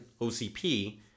OCP